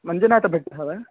मञ्जुनाथभट्टः वा